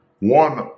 One